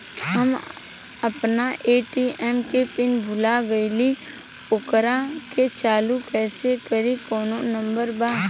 हम अपना ए.टी.एम के पिन भूला गईली ओकरा के चालू कइसे करी कौनो नंबर बा?